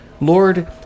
Lord